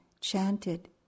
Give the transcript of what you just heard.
chanted